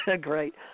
Great